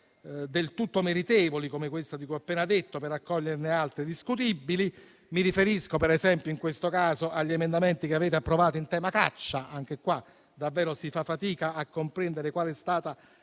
del tutto meritevoli, come questa di cui ho appena detto, per accoglierne altre discutibili. Mi riferisco, in questo caso, agli emendamenti che avete approvato in tema di caccia. Anche qui, davvero si fa fatica a comprendere quale sia stata